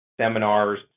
seminars